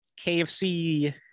KFC